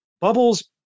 bubbles